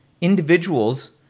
individuals